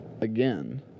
again